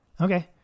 Okay